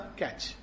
catch